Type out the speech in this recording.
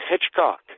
Hitchcock